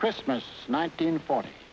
christmas nineteen forty